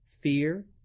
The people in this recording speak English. Fear